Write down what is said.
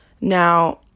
Now